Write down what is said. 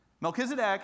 Melchizedek